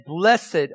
blessed